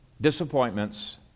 disappointments